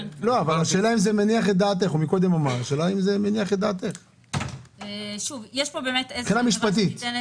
השאלה אם זה מניח את דעתך מבחינה משפטית?